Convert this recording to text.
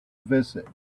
visit